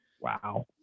Wow